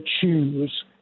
choose